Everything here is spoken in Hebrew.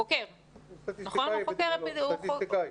סטטיסטיקאי.